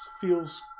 feels